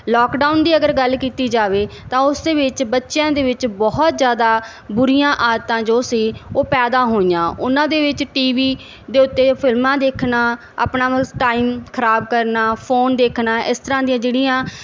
lockdown ਦੀ ਅਗਰ ਗੱਲ ਕੀਤੀ ਜਾਵੇ ਤਾਂ ਉਸ ਦੇ ਵਿੱਚ ਬੱਚਿਆਂ ਦੇ ਵਿੱਚ ਬਹੁਤ ਜ਼ਿਆਦਾ ਬੁਰੀਆਂ ਆਦਤਾਂ ਜੋ ਸੀ ਉਹ ਪੈਦਾ ਹੋਈਆਂ ਉਹਨਾਂ ਦੇ ਵਿੱਚ ਟੀਵੀ ਦੇ ਉੱਤੇ ਫਿਲਮਾਂ ਦੇਖਣਾ ਆਪਣਾ ਉਸ ਟਾਈਮ ਖਰਾਬ ਕਰਨਾ ਫੋਨ ਦੇਖਣਾ ਇਸ ਤਰ੍ਹਾਂ ਦੀਆਂ ਜਿਹੜੀਆਂ